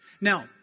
Now